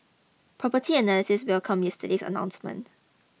property analysts welcomed yesterday's announcement